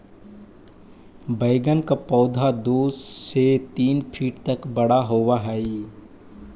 बैंगन का पौधा दो से तीन फीट तक बड़ा होव हई